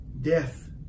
Death